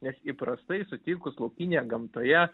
nes įprastai sutikus laukinėje gamtoje